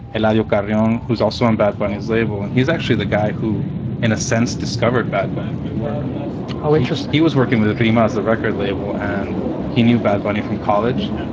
eladio kariong, who's also in bad barney's label. and he's actually the guy who in a sense, discovered bad bonnie. they were all. he was working with the prima as the record label. and he knew bad buddy from college.